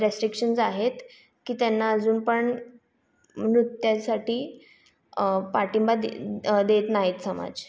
restrictions आहेत की त्यांना अजून पण नृत्यासाठी पाठिंबा दे देत नाहीत समाज